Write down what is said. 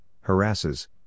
harasses